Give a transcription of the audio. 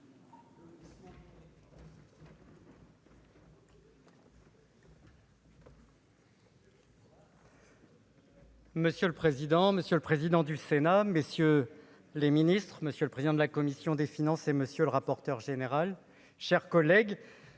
Monsieur le président, monsieur le président du Sénat, messieurs les Ministres, Monsieur le président de la commission des finances, et monsieur le rapporteur général, chers collègues,